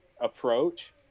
approach